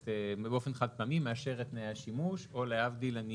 ובאופן חד פעמי מאשר את תנאי השימוש או להבדיל אני